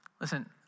listen